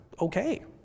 Okay